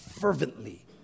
fervently